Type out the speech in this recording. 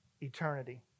eternity